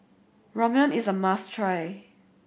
Ramyeon is a must try